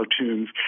cartoons